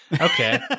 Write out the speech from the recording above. okay